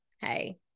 hey